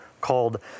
called